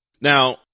Now